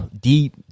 deep